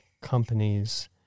companies